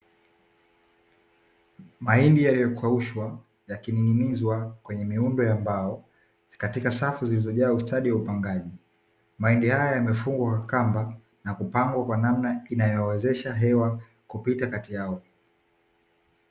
Mahindi yaliyokaushwa yakining'inizwa miundo ya mbao, katika safu zilizojaa ustadi wa upangaji. Mahindi haya yamefungwa kwa kamba, na kupangwa kwa namna inayowezesha hewa kupita kati yao.